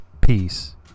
peace